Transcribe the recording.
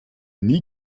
nie